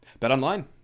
BetOnline